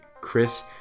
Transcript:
Chris